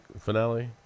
finale